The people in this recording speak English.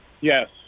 Yes